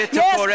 yes